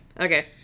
okay